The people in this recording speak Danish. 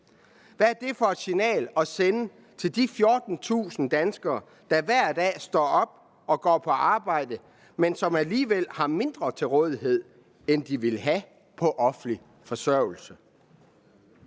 Hvad er det for et signal at sende til de 14.000 danskere, der hver dag står op og går på arbejde, men som alligevel har mindre til rådighed, end de ville have på offentlig forsørgelse?